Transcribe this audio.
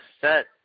set